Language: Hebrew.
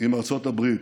עם ארצות הברית,